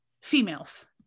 females